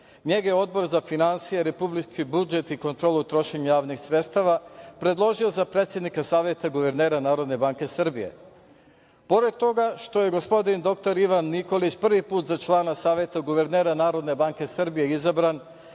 Njega je Odbor za finansije, republički budžet i kontrolu trošenja javnih sredstava predložio za predsednika Saveta guvernera Narodne banke Srbije. Pored toga što je gospodin doktor Ivan Nikolić prvi put za člana Saveta guvernera Narodne banke Srbije izabran